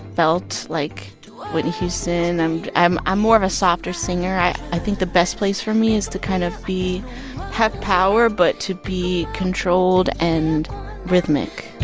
belt like whitney houston. and i'm i'm more of a softer singer. i i think the best place for me is to kind of be have power but to be controlled and rhythmic